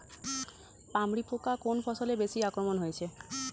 পামরি পোকা কোন ফসলে বেশি আক্রমণ হয়েছে?